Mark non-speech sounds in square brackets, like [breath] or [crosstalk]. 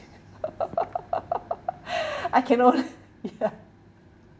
[laughs] [breath] I can only [breath] ya